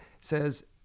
says